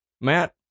Matt